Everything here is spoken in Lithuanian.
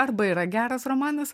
arba yra geras romanas